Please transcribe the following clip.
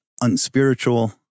unspiritual